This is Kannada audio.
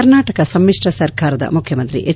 ಕರ್ನಾಟಕ ಸಮ್ನಿಶ್ರ ಸರ್ಕಾರದ ಮುಖ್ಯಮಂತ್ರಿ ಎಚ್